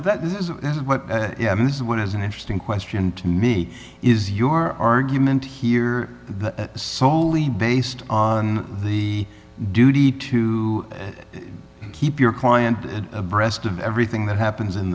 what this is what is an interesting question to me is your argument here solely based on the duty to keep your client abreast of everything that happens in